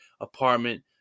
apartment